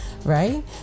Right